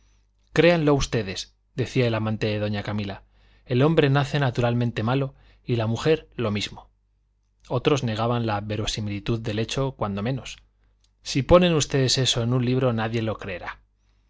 semejante créanlo ustedes decía el amante de doña camila el hombre nace naturalmente malo y la mujer lo mismo otros negaban la verosimilitud del hecho cuando menos si ponen ustedes eso en un libro nadie lo creerá